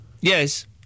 Yes